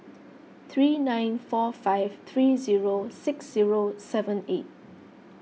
three nine four five three zero six zero seven eight